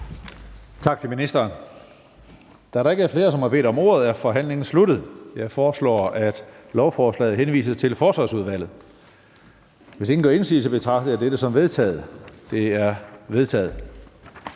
Tak til ministeren. Da der ikke er flere, der har bedt om ordet, er forhandlingen sluttet. Jeg foreslår, at lovforslaget henvises til Forsvarsudvalget. Hvis ingen gør indsigelse, betragter jeg dette som vedtaget. Det er vedtaget.